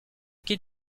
qui